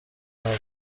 ندارم